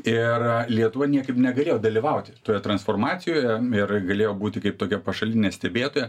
ir lietuva niekaip negalėjo dalyvauti toje transformacijoje ir galėjo būti kaip tokia pašalinė stebėtoja